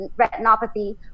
retinopathy